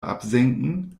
absenken